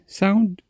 sound